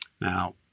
Now